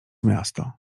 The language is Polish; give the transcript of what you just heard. miasto